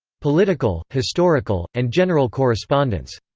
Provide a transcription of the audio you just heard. political, historical, and general correspondence.